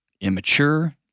Immature